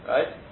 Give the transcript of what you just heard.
Right